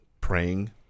praying